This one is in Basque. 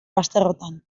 bazterrotan